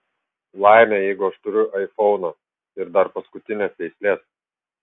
laimė jeigu aš turiu aifoną ir dar paskutinės veislės